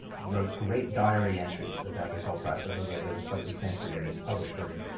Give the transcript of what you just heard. wrote great diary entries about this whole process, although they were slightly censored in his published version.